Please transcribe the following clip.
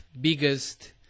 biggest